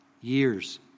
years